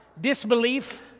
Disbelief